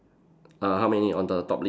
err how many on the top lips